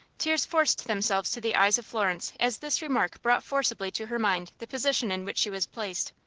tears forced themselves to the eyes of florence, as this remark brought forcibly to her mind the position in which she was placed.